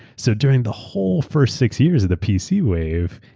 so during the whole first six years of the pc wave,